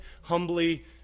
humbly